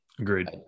Agreed